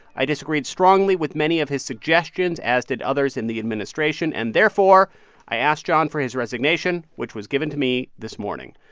i disagreed strongly with many of his suggestions, as did others in the administration. and therefore i asked john for his resignation, which was given to me this morning.